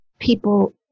People